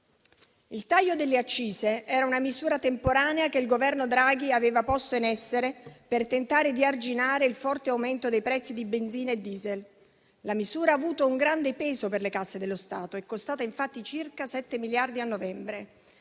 Il taglio delle accise era una misura temporanea che il Governo Draghi aveva posto in essere per tentare di arginare il forte aumento dei prezzi di benzina e diesel. La misura ha avuto un grande peso per le casse dello Stato (è costata infatti circa 7 miliardi a novembre)